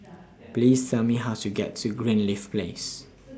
Please Tell Me How to get to Greenleaf Place